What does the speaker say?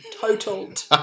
totaled